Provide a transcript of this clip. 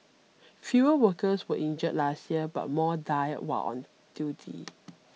fewer workers were injured last year but more died while on duty